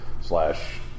slash